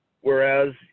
whereas